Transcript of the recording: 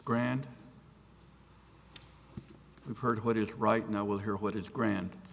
grand we've heard what is right now we'll hear what his grand